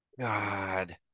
God